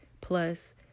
plus